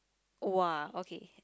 !wah! okay